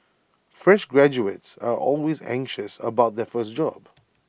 fresh graduates are always anxious about their first job